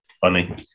Funny